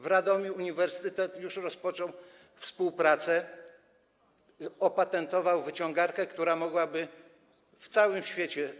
W Radomiu uniwersytet już rozpoczął współpracę, opatentował wyciągarkę, która mogłaby służyć na całym świecie.